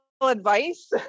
advice